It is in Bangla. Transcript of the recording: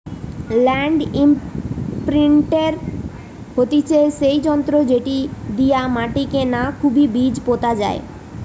ল্যান্ড ইমপ্রিন্টের হতিছে সেই যন্ত্র যেটি দিয়া মাটিকে না খুবই বীজ পোতা হয়